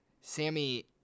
Sammy